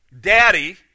daddy